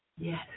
Yes